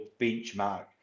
benchmark